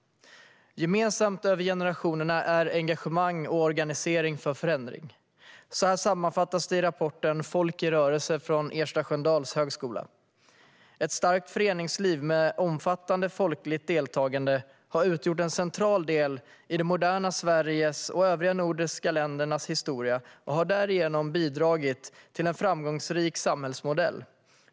Gemensamt över generationerna är engagemang och organisering för att åstadkomma en förändring. Så här sammanfattas det i rapporten Folk i rörelse från Ersta Sköndal högskola: Ett starkt föreningsliv med ett omfattande folkligt deltagande har utgjort en central del i det moderna Sveriges och övriga nordiska länders historia och har därigenom bidragit till en framgångsrik samhällsmodell.